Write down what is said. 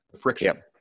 friction